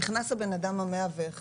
נכנס הבן אדם ה-101,